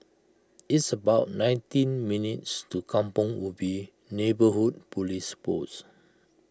it's about nineteen minutes' to Kampong Ubi Neighbourhood Police Post